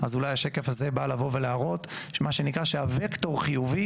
אז אולי השקף הזה בא לבוא ולהראות שהווקטור חיובי.